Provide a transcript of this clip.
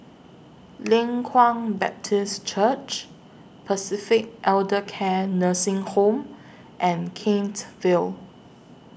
Leng Kwang Baptist Church Pacific Elder Care Nursing Home and Kent Vale